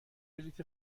بلیط